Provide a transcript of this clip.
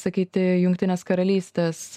sakyti jungtinės karalystės